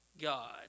God